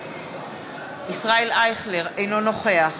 אינו נוכח